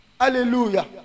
Hallelujah